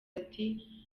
ati